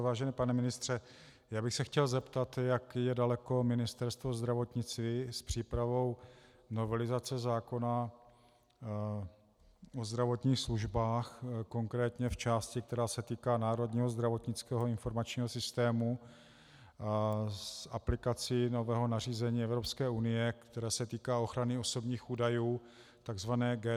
Vážený pane ministře, já bych se chtěl zeptat, jak daleko je Ministerstvo zdravotnictví s přípravou novelizace zákona o zdravotních službách, konkrétně v části, která se týká Národního zdravotnického informačního systému, s aplikací nového nařízení Evropské unie, která se týká ochrany osobních údajů, takzvané GDPR.